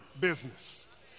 business